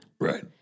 Right